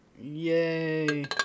Yay